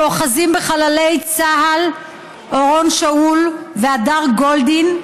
שאוחזים בחללי צה"ל אורון שאול והדר גולדין,